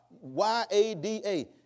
Y-A-D-A